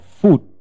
food